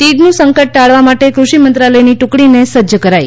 તીડનું સંકટ ટાળવા માટે કૃષિ મંત્રાલયની ટુકડીને સજ્જ કરાઇ